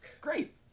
Great